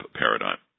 paradigm